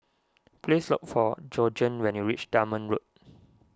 please look for Georgeann when you reach Dunman Road